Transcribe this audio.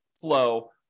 flow